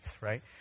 right